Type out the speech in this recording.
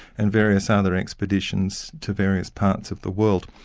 and various other expeditions to various parts of the world.